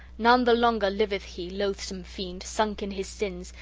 none the longer liveth he, loathsome fiend, sunk in his sins,